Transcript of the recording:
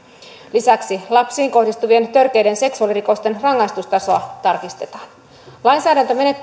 lisäksi lapsiin kohdistuvien törkeiden seksuaalirikosten rangaistustasoa tarkistetaan lainsäädäntömenettelyn ensiasteeksi olen myös